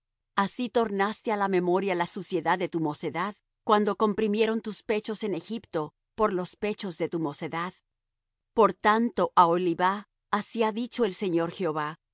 así tornaste á la memoria la suciedad de tu mocedad cuando comprimieron tus pechos en egipto por los pechos de tu mocedad por tanto aholibah así ha dicho el señor jehová